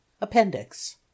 Appendix